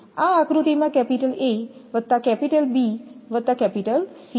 આ આકૃતિમાં capital A વત્તા કેપિટલ B વત્તા કેપિટલ C છે